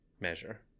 measure